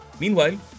Meanwhile